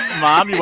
mom,